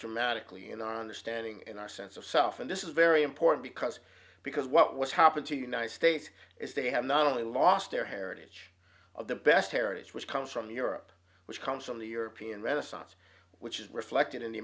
dramatically in our understanding and our sense of self and this is very important because because what was happening to united states is they have not only lost their heritage of the best heritage which comes from europe which comes from the european renaissance which is reflected in the